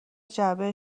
جعبه